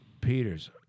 Peters